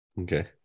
Okay